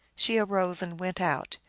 she arose and went out.